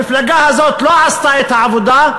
המפלגה הזאת לא עשתה את העבודה,